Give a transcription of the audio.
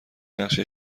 نقشه